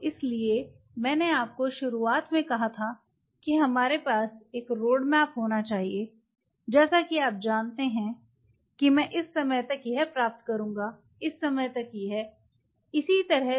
तो इसीलिए मैंने आपको शुरुआत में कहा था कि हमरे पास एक रोडमैप होना चाहिए जैसा कि आप जानते हैं कि मैं इस समय तक यह प्राप्त करूंगा इस समय तक यह इसी तरह